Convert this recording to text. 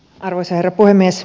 arvoisa herra puhemies